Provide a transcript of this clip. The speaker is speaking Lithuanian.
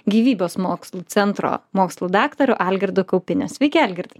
gyvybės mokslų centro mokslų daktaru algirdu kaupiniu sveiki algirdai